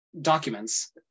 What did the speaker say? documents